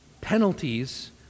Penalties